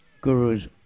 Guru's